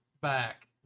back